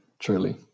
truly